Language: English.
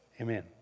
Amen